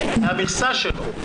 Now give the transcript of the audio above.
מהמכסה שלו,